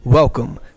Welcome